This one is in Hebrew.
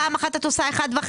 פעם אחת את עושה 1.5%,